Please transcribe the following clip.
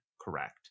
correct